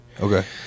okay